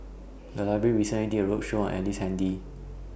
The Library recently did A roadshow on Ellice Handy